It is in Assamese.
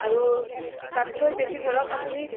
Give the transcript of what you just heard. আৰু তাতকৈ বেছি ধৰক আপুনি